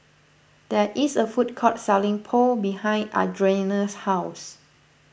there is a food court selling Pho behind Audriana's house